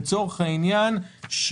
לצורך העניין,